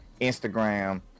Instagram